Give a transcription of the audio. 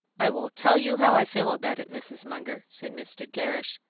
i will tell you how i feel about it, mrs. munger, said mr. gerrish,